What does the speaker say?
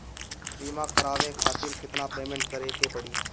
बीमा करावे खातिर केतना पेमेंट करे के पड़ी?